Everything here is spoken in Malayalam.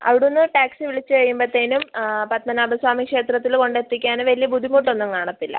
അവിടുന്ന് ടാക്സി വിളിച്ച് കഴിയുമ്പത്തേനും പത്മനാഭസ്വാമി ക്ഷേത്രത്തില് കൊണ്ടെത്തിക്കാന് വലിയ ബുദ്ധിമുട്ടൊന്നും കാണത്തില്ല